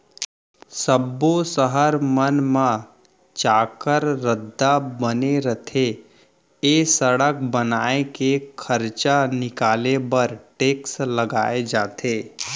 सब्बो सहर मन म चाक्कर रद्दा बने रथे ए सड़क बनाए के खरचा निकाले बर टेक्स लगाए जाथे